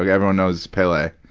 like everyone knows pele,